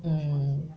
mm